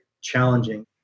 challenging